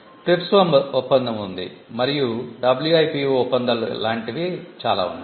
TRIPS ఒప్పందం ఉంది మరియు WIPO ఒప్పందాలు ఇలాంటివి చాలా ఉన్నాయి